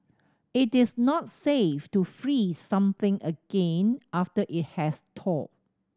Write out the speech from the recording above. it is not safe to freeze something again after it has thawed